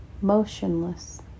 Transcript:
motionless